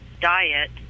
diet